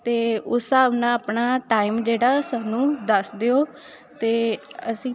ਅਤੇ ਉਸ ਹਿਸਾਬ ਨਾ ਆਪਣਾ ਟਾਈਮ ਜਿਹੜਾ ਸਾਨੂੰ ਦੱਸ ਦਿਓ ਅਤੇ ਅਸੀਂ